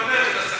באמת.